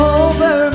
over